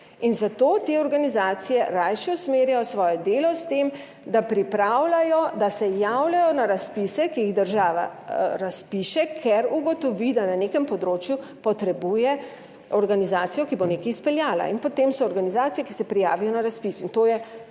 18.45** (nadaljevanje) s tem, da pripravljajo, da se javljajo na razpise, ki jih država razpiše, ker ugotovi, da na nekem področju potrebuje organizacijo, ki bo nekaj izpeljala in potem so organizacije, ki se prijavijo na razpis,